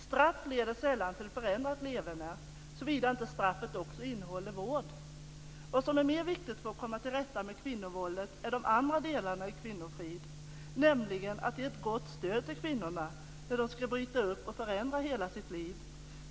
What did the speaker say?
Straff leder sällan till förändrat leverne, såvida inte straffet innehåller också vård. Vad som är mer viktigt för att komma till rätta med kvinnovåldet är de andra delarna i kvinnofriden, nämligen att ge ett gott stöd till kvinnorna så att de kan bryta upp och förändra hela sitt liv.